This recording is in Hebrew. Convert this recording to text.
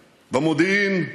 במודיעין,